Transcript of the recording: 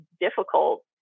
difficult